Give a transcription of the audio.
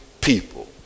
people